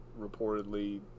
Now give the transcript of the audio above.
reportedly